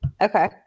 okay